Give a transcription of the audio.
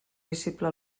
visible